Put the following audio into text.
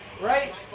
Right